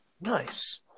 Nice